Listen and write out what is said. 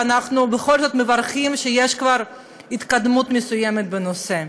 ואנחנו בכל זאת מברכים שיש כבר התקדמות מסוימת בנושא.